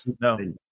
No